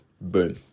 Boom